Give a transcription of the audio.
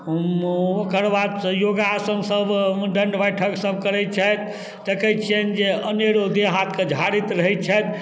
ओकर बाद से योगासन सब दण्ड बैठक सब करै छथि देखे छिअनि जे अनेरो देह हाथके झाड़ैत रहै छथि